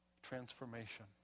transformation